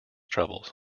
troubles